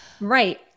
Right